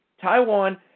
Taiwan